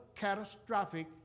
catastrophic